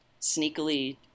sneakily